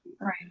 right